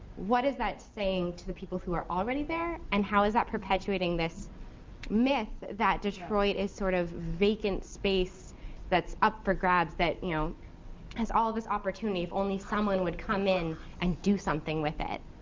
what is that saying to the people who are already there and how is that perpetuating this myth that detroit is sort of vacant space that's up for grabs, that you know has all this opportunity if only someone would come in and do something with it?